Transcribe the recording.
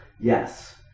Yes